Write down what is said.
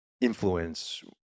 influence